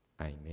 Amen